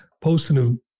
posting